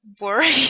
worry